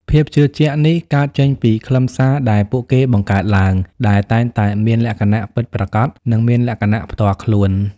ភាពជឿជាក់នេះកើតចេញពីខ្លឹមសារដែលពួកគេបង្កើតឡើង ដែលតែងតែមានលក្ខណៈពិតប្រាកដ និងមានលក្ខណៈផ្ទាល់ខ្លួន។